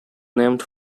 named